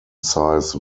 size